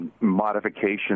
modification